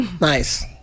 Nice